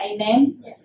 Amen